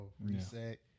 reset